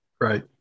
Right